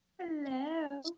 Hello